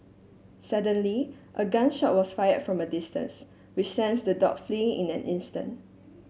suddenly a gun shot was fire from a distance which sends the dog flee in an instant